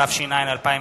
התש"ע 2009,